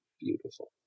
beautiful